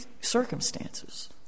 circumstances